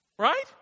Right